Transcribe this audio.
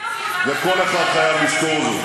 וכל אחד חייב לזכור את זה.